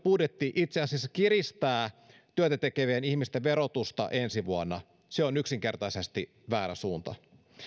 budjetti itse asiassa kiristää työtä tekevien ihmisten verotusta ensi vuonna se on yksinkertaisesti väärä suunta